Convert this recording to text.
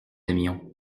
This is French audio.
aimions